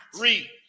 Read